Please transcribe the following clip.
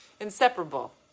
Inseparable